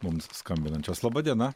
mums skambinančios laba diena